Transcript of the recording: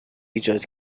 ایجاد